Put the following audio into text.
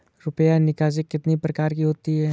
रुपया निकासी कितनी प्रकार की होती है?